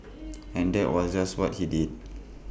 and that was just what he did